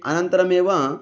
अनन्तरमेव